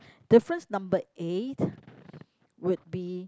difference number eight would be